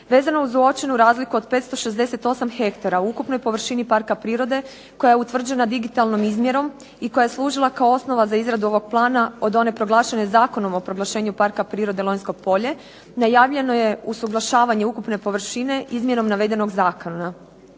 Vezano uz uočenu razliku od 568 hektara u ukupnoj površini parka prirode, koja je utvrđena digitalnom izmjerom, i koja je služila kao osnova za izradu ovog plana od one proglašene Zakonom o proglašenju parka prirode Lonjsko polje, najavljeno je usuglašavanje ukupne površine izmjenom navedenom zakona.